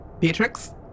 Beatrix